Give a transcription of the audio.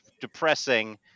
depressing